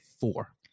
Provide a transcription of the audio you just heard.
four